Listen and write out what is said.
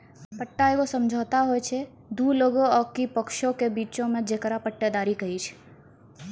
पट्टा एगो समझौता होय छै दु लोगो आकि पक्षों के बीचो मे जेकरा पट्टेदारी कही छै